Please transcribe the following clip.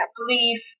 belief